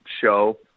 show